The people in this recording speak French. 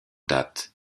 date